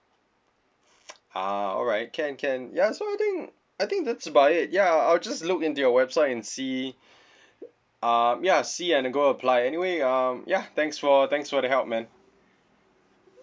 ah alright can can ya so I think I think that's about it ya I'll just look into your website and see um ya see and then go apply anyway um ya thanks for thanks for the help man